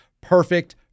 Perfect